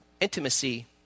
intimacy